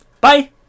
Bye